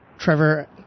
Trevor